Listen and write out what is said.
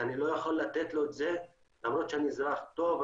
כי אני לא יכול לתת לו את זה למרות שאני אזרח טוב,